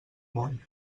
món